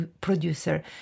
producer